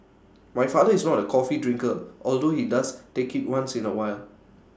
my father is not A coffee drinker although he does take IT once in A while